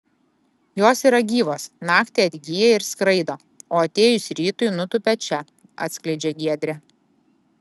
jos yra gyvos naktį atgyja ir skraido o atėjus rytui nutūpia čia atskleidžia giedrė